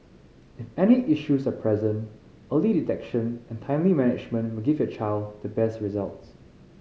if any issues are present early detection and timely management will give your child the best results